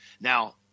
Now